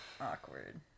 Awkward